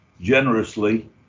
generously